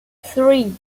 three